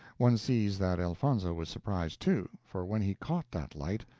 one sees that elfonzo was surprised, too for when he caught that light,